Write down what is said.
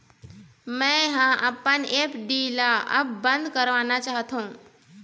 मै ह अपन एफ.डी ला अब बंद करवाना चाहथों